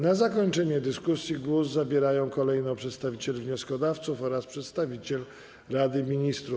Na zakończenie dyskusji głos zabierają kolejno przedstawiciele wnioskodawców oraz przedstawiciel Rady Ministrów.